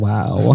Wow